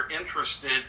interested